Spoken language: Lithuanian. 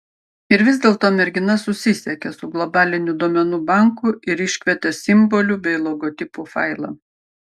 ir vis dėlto mergina susisiekė su globaliniu duomenų banku ir iškvietė simbolių bei logotipų failą